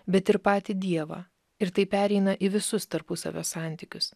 bet ir patį dievą ir tai pereina į visus tarpusavio santykius